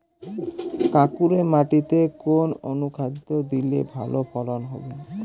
কাঁকুরে মাটিতে কোন অনুখাদ্য দিলে ভালো ফলন হবে?